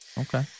okay